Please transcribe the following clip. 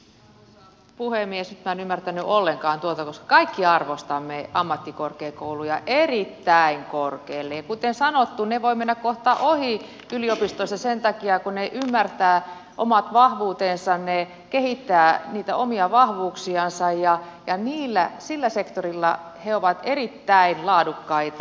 nyt minä en ymmärtänyt ollenkaan tuota koska kaikki arvostamme ammattikorkeakouluja erittäin korkealle ja kuten sanottu ne voivat mennä kohta ohi yliopistoista sen takia että ne ymmärtävät omat vahvuutensa ne kehittävät niitä omia vahvuuksiansa ja sillä sektorilla ne ovat erittäin laadukkaita